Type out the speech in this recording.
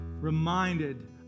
reminded